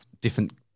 different